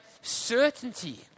certainty